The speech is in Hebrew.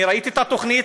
אני ראיתי את התוכנית,